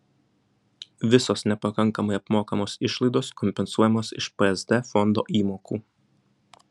visos nepakankamai apmokamos išlaidos kompensuojamos iš psd fondo įmokų